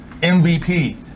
MVP